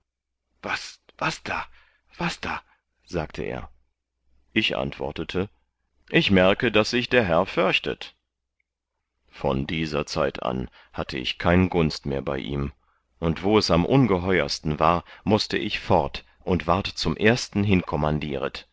leutenant was da was da sagte er ich antwortete ich merke daß sich der herr förchtet von dieser zeit an hatte ich kein gunst mehr bei ihm und wo es am ungeheursten war mußte ich fort und ward zum ersten